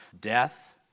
Death